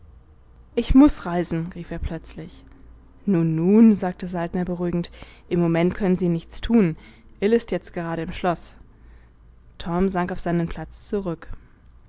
ich muß reisen rief er plötzlich nun nun sagte saltner beruhigend im moment können sie nichts tun ill ist jetzt gerade im schloß torm sank auf seinen platz zurück